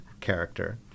character